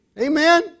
Amen